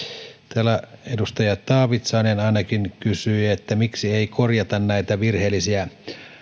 täällä edustaja taavitsainen ainakin kysyi miksi ei korjata näitä virheellisiä